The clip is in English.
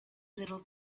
little